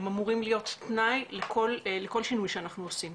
הם אמורים להיות תנאי לכל שינוי שאנחנו עושים,